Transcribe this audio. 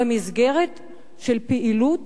במסגרת של פעילות